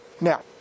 Now